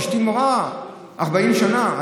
אשתי מורה 40 שנה,